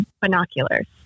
binoculars